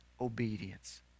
obedience